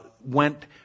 went